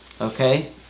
okay